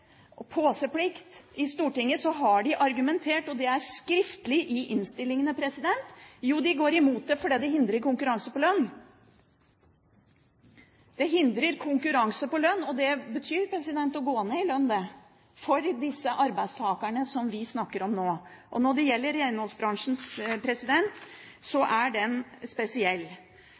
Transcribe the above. påseplikt i Stortinget, har de argumentert skriftlig, i innstillingene. De går imot det fordi det hindrer konkurranse på lønn – det hindrer konkurranse på lønn. Det betyr å gå ned i lønn, det, for de arbeidstakerne som vi snakker om nå. Når det gjelder renholdsbransjen, er den spesiell.